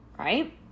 Right